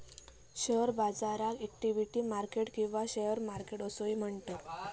share बाजाराक equity market किंवा share market असोही म्हणतत